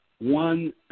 one